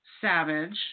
Savage